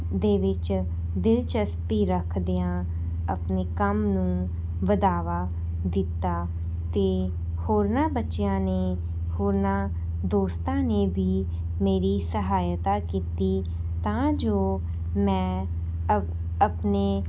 ਦੇ ਵਿੱਚ ਦਿਲਚਸਪੀ ਰੱਖਦਿਆਂ ਆਪਣੇ ਕੰਮ ਨੂੰ ਵਧਾਵਾ ਦਿੱਤਾ ਅਤੇ ਹੋਰਨਾਂ ਬੱਚਿਆਂ ਨੇ ਹੋਰਨਾਂ ਦੋਸਤਾਂ ਨੇ ਵੀ ਮੇਰੀ ਸਹਾਇਤਾ ਕੀਤੀ ਤਾਂ ਜੋ ਮੈਂ ਆਪਣੇ